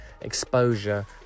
exposure